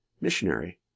missionary